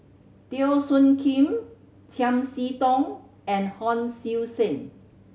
Teo Soon Kim Chiam See Tong and Hon Sui Sen